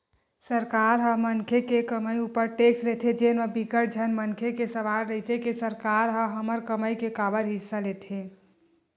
सरकार ह मनखे के कमई उपर टेक्स लेथे जेन म बिकट झन मनखे के सवाल रहिथे के सरकार ह हमर कमई के काबर हिस्सा लेथे